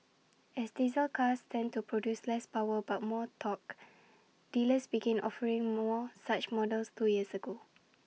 as diesel cars tend to produce less power but more torque dealers began offering more such models two years ago